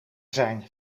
zijn